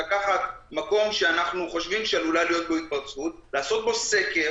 לקחת מקום שאנחנו חושבים שעלולה להיות בו התפרצות ולעשות בו סקר.